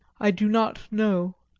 i do not know.